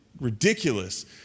ridiculous